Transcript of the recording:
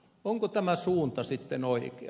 onko tämä suunta sitten oikea